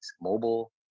Mobile